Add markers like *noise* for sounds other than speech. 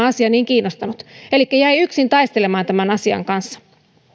*unintelligible* asia niin kiinnostanut elikkä jäin yksin taistelemaan tämän asian kanssa